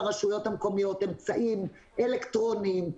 לרשויות המקומיות אמצעים אלקטרוניים,